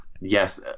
yes